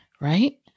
right